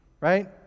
right